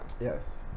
yes